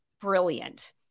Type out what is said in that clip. brilliant